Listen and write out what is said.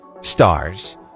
stars